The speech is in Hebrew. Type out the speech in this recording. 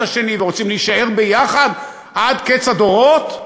השני ורוצים להישאר ביחד עד קץ הדורות.